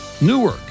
newark